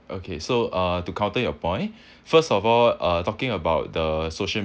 okay so uh to counter your point first of all uh talking about the social